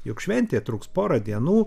juk šventė truks porą dienų